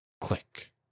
click